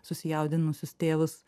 susijaudinusius tėvus